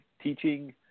teaching